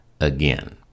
again